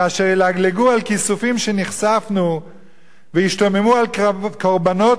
כאשר ילגלגו על כיסופים שנכספנו וישתוממו על קורבנות